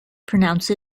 pronounce